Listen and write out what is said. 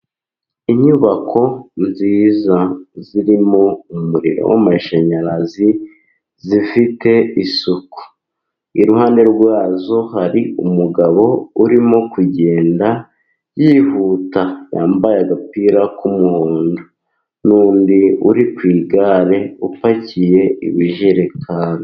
Inyubako nziza zirimo umuriro w'amashanyarazi, zifite isuku. Iruhande rwazo hari umugabo urimo kugenda yihuta. Yambaye agapira k'umuhondo, n'undi uri ku igare upakiye ibijerekani.